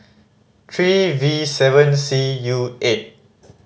three V seven C U eight